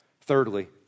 Thirdly